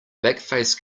backface